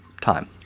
time